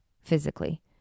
physically